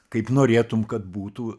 kaip norėtum kad būtų